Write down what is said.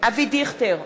אבי דיכטר,